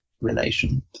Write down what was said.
relation